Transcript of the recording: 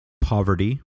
poverty